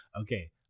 Okay